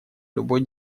любой